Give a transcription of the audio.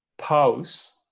pause